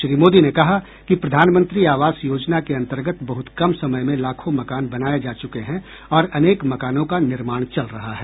श्री मोदी ने कहा कि प्रधानमंत्री आवास योजना के अंतर्गत बहुत कम समय में लाखों मकान बनाए जा चुके हैं और अनेक मकानों का निर्माण चल रहा है